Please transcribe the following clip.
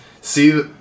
see